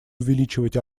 увеличивать